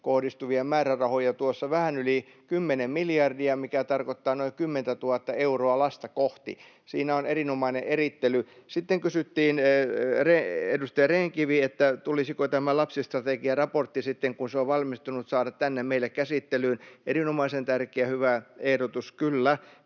kohdistuvia määrärahoja tulossa vähän yli 10 miljardia, mikä tarkoittaa noin 10 000:ta euroa lasta kohti. Siinä on erinomainen erittely. Sitten kysyttiin — edustaja Rehn-Kivi kysyi — tulisiko tämä lapsistrategiaraportti sitten, kun se on valmistunut, saada tänne meille käsittelyyn. Erinomaisen tärkeä ja hyvä ehdotus,